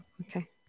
Okay